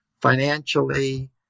financially